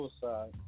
suicide